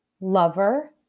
lover